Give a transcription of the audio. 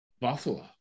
Buffalo